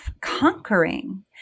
conquering